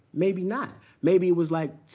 maybe not. maybe it was like,